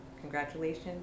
Congratulations